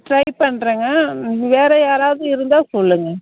try பண்ணுறங்க வேறு யாராவது இருந்தால் சொல்லுங்கள்